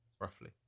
roughly